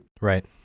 Right